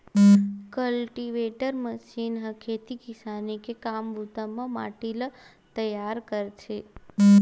cultivator machine ह खेती किसानी के काम बूता बर माटी ल तइयार करथे